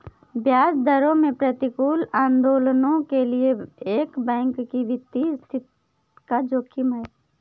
ब्याज दरों में प्रतिकूल आंदोलनों के लिए एक बैंक की वित्तीय स्थिति का जोखिम है